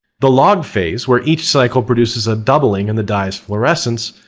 the log phase, where each cycle produces a doubling in the dye's fluorescence,